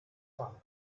kam